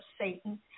Satan